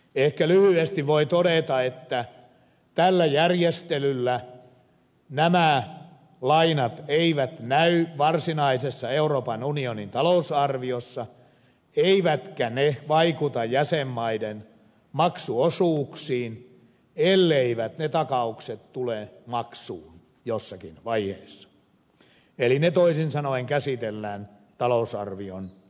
ehkä lyhyesti voin todeta että tällä järjestelyllä nämä lainat eivät näy varsinaisessa euroopan unionin talousarviossa eivätkä ne vaikuta jäsenmaiden maksuosuuksiin elleivät ne takaukset tule maksuun jossakin vaiheessa eli ne toisin sanoen käsitellään talousarvion ulkopuolella